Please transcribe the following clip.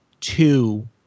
two